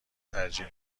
ترجیح